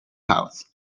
house